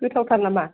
गोथाव थार नामा